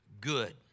good